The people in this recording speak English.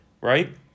right